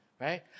right